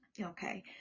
okay